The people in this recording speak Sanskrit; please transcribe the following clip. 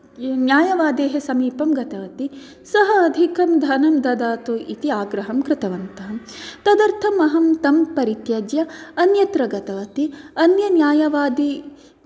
न्यायवादेः समीपं गतवती सः अधिकं धनं ददातु इति आग्रहं कृतवन्तः तदर्थं अहं तम् परित्यज्य अन्यत्र गतवती अन्य न्यायवादिनः